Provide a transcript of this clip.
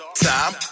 time